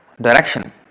direction